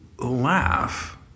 Laugh